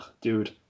dude